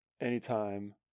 anytime